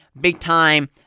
big-time